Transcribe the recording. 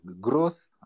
growth